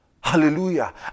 Hallelujah